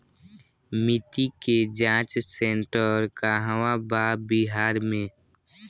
मिटी के जाच सेन्टर कहवा बा बिहार में?